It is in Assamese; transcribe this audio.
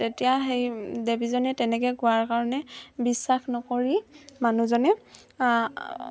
তেতিয়া সেই দেৱীজনে তেনেকে কোৱাৰ কাৰণে বিশ্বাস নকৰি মানুহজনে